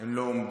הן לא עומדות.